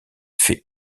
fait